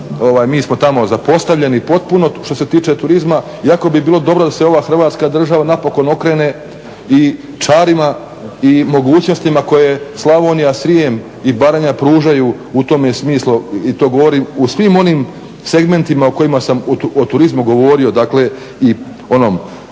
mi smo tamo zapostavljeni što se tiče turizma iako bi bilo dobro da se ova hrvatska država napokon okrene i čarima i mogućnostima koje Slavonija, Srijem i Baranja pružaju u tome smislu i to govorim u svim onim segmentima o kojima sam o turizmu govorio dakle i onom